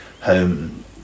home